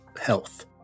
health